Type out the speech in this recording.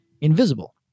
invisible